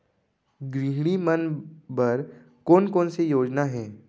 गृहिणी मन बर कोन कोन से योजना हे?